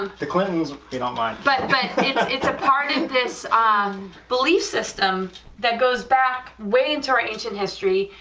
um the clintons they don't mind. but but it is a part of and this um belief system that goes back way into our ancient history,